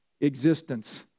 existence